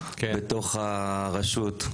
בתוך הרשות.